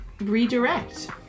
redirect